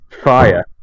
fire